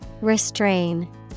Restrain